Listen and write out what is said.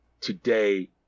today